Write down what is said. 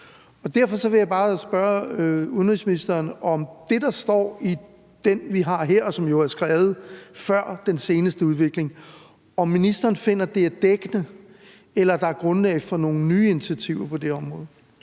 Derfor vil jeg bare spørge udenrigsministeren, om han finder, at det, der står i det, som vi har her, og som jo er skrevet før den seneste udvikling, er dækkende, eller om der er grundlag for nogle nye initiativer på det område.